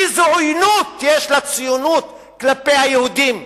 איזו עוינות יש לציונות כלפי היהודים.